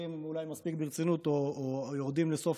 לוקחים מספיק ברצינות או יורדים לסוף